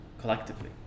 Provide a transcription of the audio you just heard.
collectively